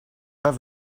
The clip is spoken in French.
pas